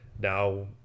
now